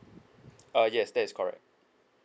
uh yes that is correct